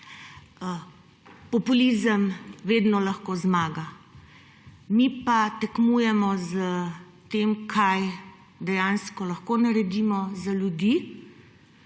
Populizem vedno lahko zmaga. Mi pa tekmujemo s tem, kaj dejansko lahko naredimo za ljudi